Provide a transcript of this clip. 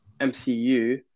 MCU